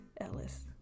Ellis